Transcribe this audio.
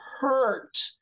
hurt